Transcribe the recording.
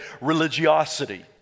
religiosity